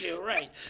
Right